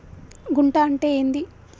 గుంట అంటే ఏంది?